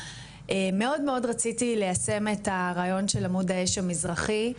מאוד מאוד רציתי ליישם את הרעיון של עמוד האש המזרחי,